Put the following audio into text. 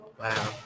Wow